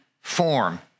form